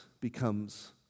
becomes